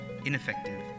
ineffective